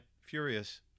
furious